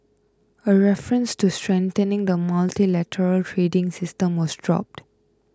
a reference to strengthening the multilateral trading system was dropped